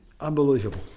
unbelievable